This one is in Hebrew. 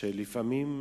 ולפעמים,